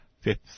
fifth